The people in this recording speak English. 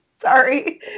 Sorry